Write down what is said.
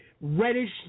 reddish